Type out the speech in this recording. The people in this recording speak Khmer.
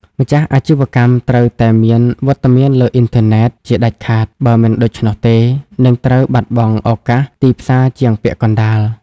ម្ចាស់អាជីវកម្មត្រូវតែមាន "វត្តមានលើអ៊ីនធឺណិត" ជាដាច់ខាត បើមិនដូច្នោះទេនឹងត្រូវបាត់បង់ឱកាសទីផ្សារជាងពាក់កណ្ដាល។